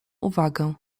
uwagę